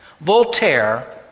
Voltaire